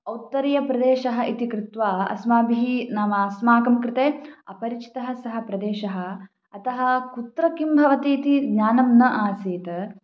औत्तरीयप्रदेशः इति कृत्वा अस्माभिः नाम अस्माकं कृते अपरिचितः सः प्रदेशः अतः कुत्र किं भवति इति ज्ञानं न आसीत्